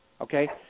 Okay